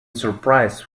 surprise